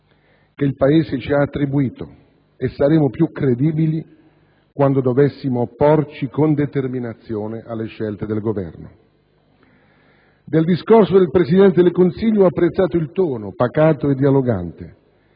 che il Paese ci ha attribuito, e saremo più credibili quando dovessimo opporci con determinazione alle scelte del Governo. Del discorso del Presidente del Consiglio ho apprezzato il tono pacato e dialogante